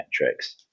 metrics